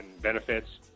benefits